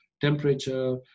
temperature